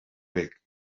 bec